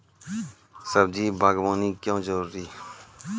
सब्जी बागवानी क्यो जरूरी?